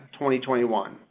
2021